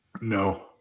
No